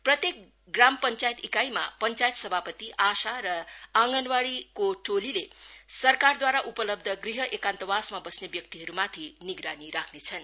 प्रत्येक पञ्चायत ईकाईमा सभापति आशा र आँगनवाडीको टोलीले सरकारद्वारा उपलब्ध गृह एकान्तवासमा बस्ने व्यक्तिहरूमाथि निगरानी राख्नेछन्